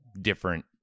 different